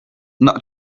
not